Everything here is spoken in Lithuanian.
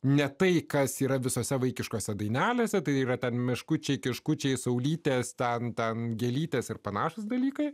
ne tai kas yra visose vaikiškose dainelėse tai yra ten meškučiai kiškučiai saulytės ten ten gėlytės ir panašūs dalykai